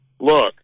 Look